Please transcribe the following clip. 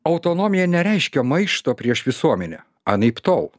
autonomija nereiškia maišto prieš visuomenę anaiptol